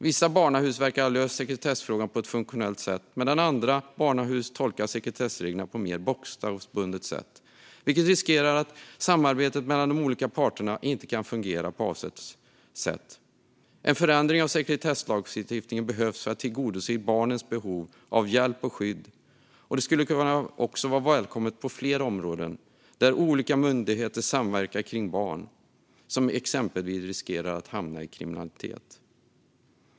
Vissa barnahus verkar ha löst sekretessfrågan på ett funktionellt sätt medan andra tolkar sekretessreglerna mer bokstavbundet. Då riskerar samarbetet mellan de olika parterna att inte fungera så som avsett. En förändring av sekretesslagstiftningen behövs för att tillgodose barnens behov av hjälp och skydd. Det skulle också vara välkommet på fler områden där olika myndigheter samverkar kring barn, exempelvis då barn riskerar att hamna i kriminalitet.